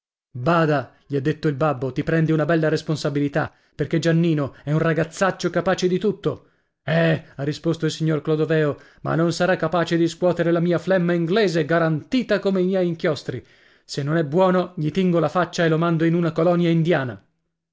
bada gli ha detto il babbo ti prendi una bella responsabilità perché giannino è un ragazzaccio capace di tutto eh ha risposto il signor clodoveo ma non sarà capace di scuotere la mia flemma inglese garantita come i miei inchiostri se non è buono gli tingo la faccia e lo mando in una colonia indiana